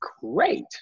great